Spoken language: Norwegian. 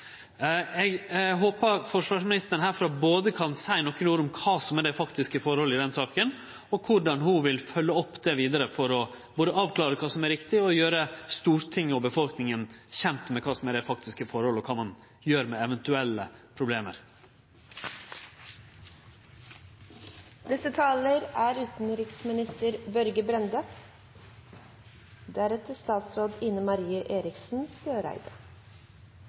Eg håpar forsvarsministeren her kan seie nokre ord om både kva som er dei faktiske forhold i saka, og korleis ho vil følgje det opp vidare for å avklare kva som er riktig, og gjere Stortinget og befolkninga kjent med kva som er dei faktiske forhold, og kva ein gjer med eventuelle problem. Det er